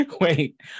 wait